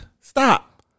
Stop